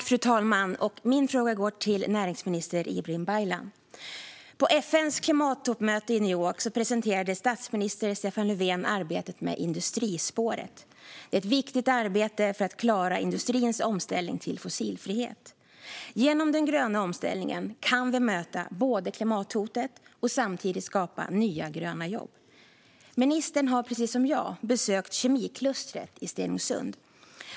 Fru talman! Min fråga går till näringsminister Ibrahim Baylan. På FN:s klimattoppmöte i New York presenterade statsminister Stefan Löfven arbetet med Industrispåret. Det är ett viktigt arbete för att klara industrins omställning till fossilfrihet. Genom den gröna omställningen kan vi möta klimathotet och samtidigt skapa nya gröna jobb. Ministern har precis som jag besökt kemiklustret i Stenungsund.